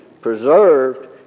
preserved